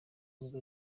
nubwo